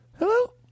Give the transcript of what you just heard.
Hello